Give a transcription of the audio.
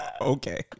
Okay